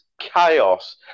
chaos